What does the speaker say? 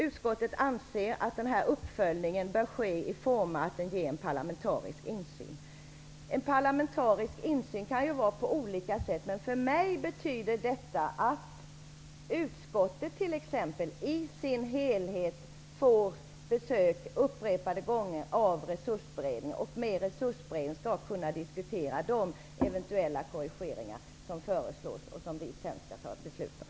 Utskottet anser att den uppföljningen bör ske i form av en parlamentarisk insyn. En parlamentarisk insyn kan ske på olika sätt. Men för mig betyder detta att utskottet i sin helhet upprepade gånger får besök av Resursberedningen och med Resursberedningen kan diskutera de eventuella korrigeringar som föreslås, vilka riksdagen sedan skall fatta beslut om.